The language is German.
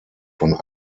von